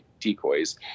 decoys